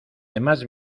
demás